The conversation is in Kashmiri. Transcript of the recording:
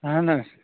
اَہن حظ